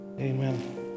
Amen